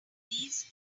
these